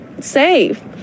safe